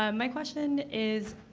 um my question is,